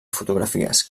fotografies